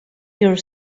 your